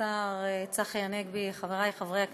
השר צחי הנגבי, חבריי חברי הכנסת,